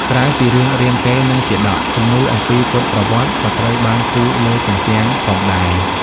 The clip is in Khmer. ក្រៅពីរឿងរាមកេរ្តិ៍ និងជាតក គំនូរអំពីពុទ្ធប្រវត្តិក៏ត្រូវបានគូរលើជញ្ជាំងផងដែរ។